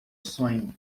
sonho